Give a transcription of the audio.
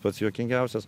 pats juokingiausias